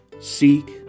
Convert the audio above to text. seek